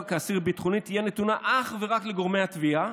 כאסיר ביטחוני תהיה נתונה אך ורק לגורמי התביעה,